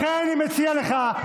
לכן, אני מציע לך: